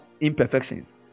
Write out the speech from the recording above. imperfections